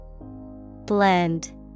Blend